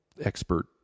expert